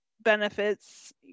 benefits